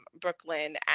Brooklyn